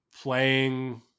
playing